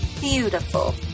Beautiful